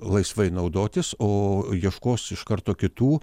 laisvai naudotis o ieškos iš karto kitų